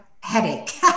headache